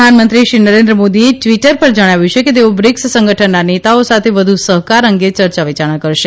પ્રધાનમંત્રી શ્રી નરેન્દ્ર મોદીએ ટવીટર પર જણાવ્યુ કે તેઓ બ્રિકસ સંગઠનના નેતાઓ સાથે વધુ સહકાર અગે ચર્ચા વિયારણા કરશે